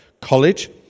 College